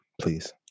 please